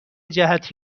جهت